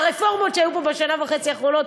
הרפורמות שהיו פה בשנה וחצי האחרונות,